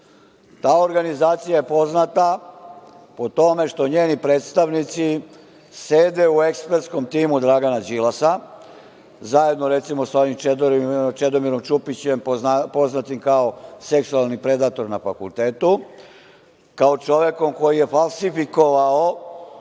Ta organizacija je poznata po tome što njeni predstavnici sede u ekspertskom timu Dragana Đilasa, zajedno recimo sa ovim Čedomirom Čupićem, poznatim kao seksualni predator na fakultetu, kao čovekom koji je falsifikovao